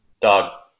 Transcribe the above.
Dog